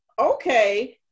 okay